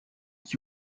qui